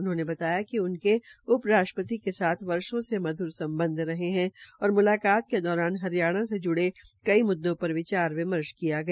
उन्होंने बताया कि उनके उपराष्ट्रपति के साथ वर्षो से मध्र सम्बध रहे है और मुलाकात के दौरान हरियाणा से जुड़े कई मुददो पर विचार विमर्श किया गया